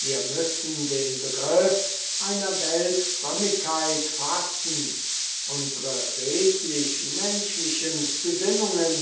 wir müssen den begriff einer weltfrömmigkeit fassen unsre redlich menschlichen gesinnungen